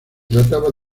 trataba